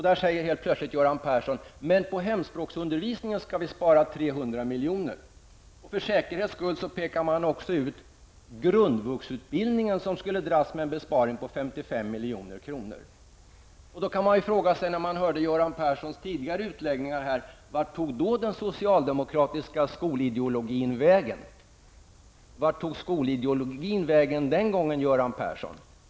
Där sade helt plötsligt Göran Persson: På hemspråksundervisningen skall vi spara 300 milj.kr. För säkerhets skull pekar man också ut grundvuxutbildningen, som skulle dras med en besparing på 55 milj.kr. Efter att ha hört Göran Perssons tidigare utläggningar kan man fråga sig vart den socialdemokratiska skolideologin tog vägen. Vart tog skolideologin vägen den gången, Göran Persson?